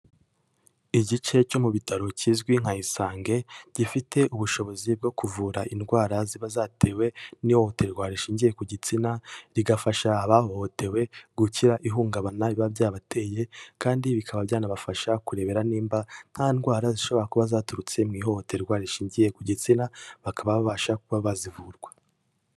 Igice cyo mu bitaro kizwi nka Isange gifite ubushobozi bwo kuvura indwara ziba zatewe n'ihohoterwa rishingiye ku gitsina, rigafasha abahohotewe gukira ihungabana biba byabateye kandi bikaba byanabafasha kurebera nimba nta ndwara zishobora kuba zaturutse mu ihohoterwa rishingiye ku gitsina, bakaba babasha kuba bazivurwa.